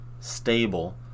stable